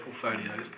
portfolios